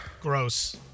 Gross